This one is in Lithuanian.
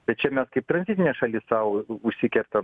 tai čia mes kaip tranzitinė šalis sau užsikertam